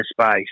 space